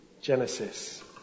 Genesis